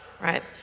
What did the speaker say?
right